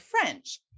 French